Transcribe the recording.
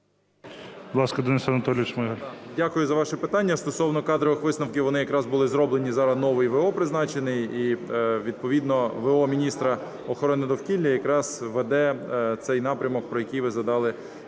Дякую за ваші питання. Стосовно кадрових висновків, вони якраз були зроблені, зараз новий в.о. призначений, і відповідно в.о. міністра охорони довкілля якраз веде цей напрямок, про який ви згадали